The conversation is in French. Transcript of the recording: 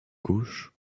gauche